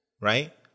right